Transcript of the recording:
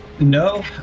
No